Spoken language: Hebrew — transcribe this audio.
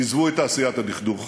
עזבו את תעשיית הדכדוך.